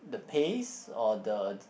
the pace or the